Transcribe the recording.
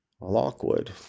Lockwood